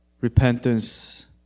Repentance